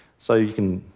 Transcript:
so you can